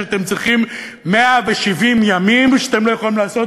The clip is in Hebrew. שאתם צריכים 170 ימים ואתם לא יכולים לעשות